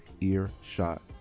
earshot